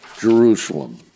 Jerusalem